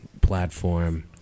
platform